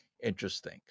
interesting